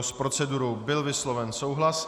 S procedurou byl vysloven souhlas.